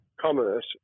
commerce